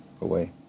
away